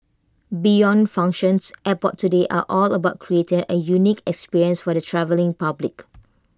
beyond functions airports today are all about creating A unique experience for the travelling public